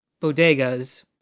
bodegas